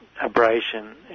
Abrasion